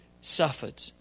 suffered